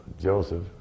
Joseph